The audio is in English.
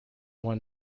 won